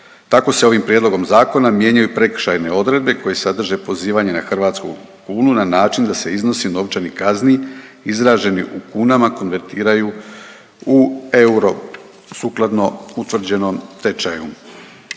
Tako se ovim prijedlogom zakona mijenjaju prekršajne odredbe koje sadrže pozivanje na hrvatsku kunu na način da se iznosi novčanih kazni izraženih u kunama konvertiraju u euro, sukladno utvrđenom tečaju.